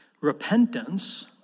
Repentance